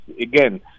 again